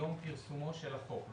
מיום פרסומו של החוק,